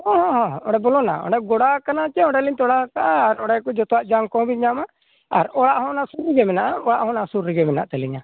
ᱦᱮᱸ ᱦᱮᱸ ᱚᱸᱰᱮ ᱵᱚᱞᱚᱱᱟ ᱚᱸᱰᱮ ᱜᱚᱲᱟ ᱠᱟᱱᱟ ᱪᱮ ᱚᱸᱰᱮ ᱞᱤᱧ ᱛᱚᱲᱟᱣ ᱟᱠᱟᱜᱼᱟ ᱚᱸᱰᱮ ᱠᱚ ᱡᱚᱛᱚᱣᱟᱜ ᱡᱟᱸᱝ ᱠᱚᱦᱚᱸ ᱵᱤᱱ ᱧᱟᱢᱟ ᱟᱨ ᱚᱲᱟᱜ ᱦᱚᱸ ᱚᱱᱟ ᱥᱩᱨ ᱨᱮᱜᱮ ᱢᱮᱱᱟᱜᱼᱟ ᱚᱲᱟᱜ ᱦᱚᱸ ᱚᱱᱟ ᱥᱩᱨ ᱨᱮᱜᱮ ᱢᱮᱱᱟᱜ ᱛᱟᱹᱞᱤᱧᱟ